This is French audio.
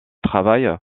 travail